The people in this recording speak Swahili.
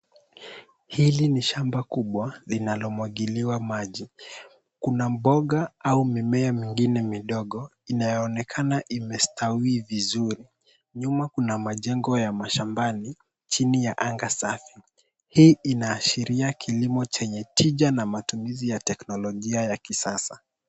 Hili ni shamba kubwa linalomwagiliwa maji. Kuna mboga au mimea mingine midogo inayoonekana imestawi vizuri. Nyuma kuna majengo ya mashambani chini ya anga safi. Hii inaashiria kilimo chenye tija na matumizi ya teknolojia ya kisasa.